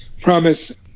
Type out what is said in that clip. promise